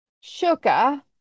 sugar